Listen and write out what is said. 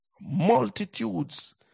Multitudes